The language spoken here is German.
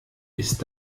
ist